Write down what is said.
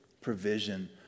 provision